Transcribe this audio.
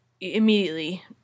Immediately